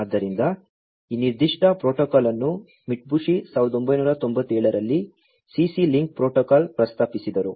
ಆದ್ದರಿಂದ ಈ ನಿರ್ದಿಷ್ಟ ಪ್ರೋಟೋಕಾಲ್ ಅನ್ನು ಮಿತ್ಸುಬಿಷಿ 1997 ರಲ್ಲಿ CC ಲಿಂಕ್ ಪ್ರೋಟೋಕಾಲ್ ಪ್ರಸ್ತಾಪಿಸಿದರು